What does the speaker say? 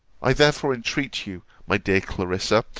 i therefore entreat you, my dear clarissa,